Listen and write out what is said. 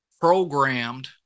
programmed